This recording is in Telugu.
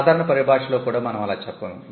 సాధారణ పరిభాషలో కూడా మనం అలా చెప్పం